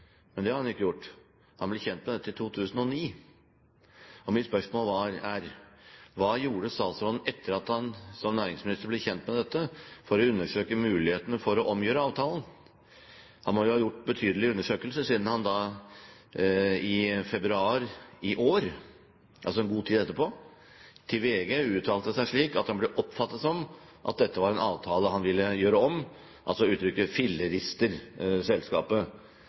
Hva gjorde statsråden, etter at han som næringsminister ble kjent med dette, for å undersøke mulighetene for å omgjøre avtalen? Han må jo ha gjort betydelige undersøkelser siden han i februar i år – altså en god tid etterpå – til VG uttalte seg slik at han ble oppfattet som om dette var en avtale han ville gjøre om. De brukte uttrykket «fillerister eget selskap». Mitt spørsmål var: Hva har statsråden gjort fra han første gang oppdaget dette til han til VG filleristet selskapet